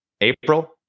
april